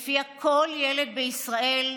ולפיה כל ילד בישראל,